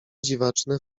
dziwaczne